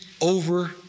over